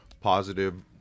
positive